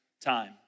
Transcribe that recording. time